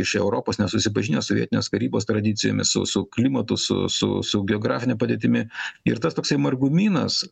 iš europos nesusipažinę su vietinės karybos tradicijomis sausu klimatu su su su geografine padėtimi ir tas toksai margumynas